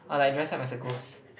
I will like dress up as a ghost